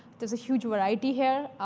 there's a huge variety here.